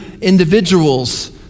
individuals